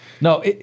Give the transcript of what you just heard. No